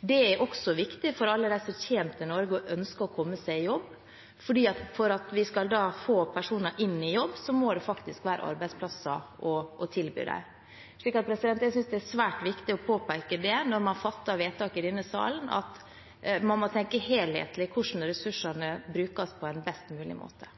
Det er også viktig for alle dem som kommer til Norge og ønsker å komme seg i jobb, for skal vi få personer inn i jobb, må det faktisk være arbeidsplasser å tilby dem. Jeg synes det er svært viktig å påpeke når man fatter vedtak i denne salen, at man må tenke helhetlig, slik at ressursene brukes på en best mulig måte.